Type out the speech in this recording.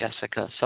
Jessica